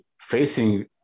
facing